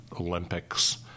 Olympics